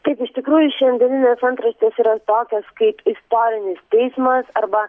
taip iš tikrųjų šiandieninės antraštės yra tokios kaip istorinis teismas arba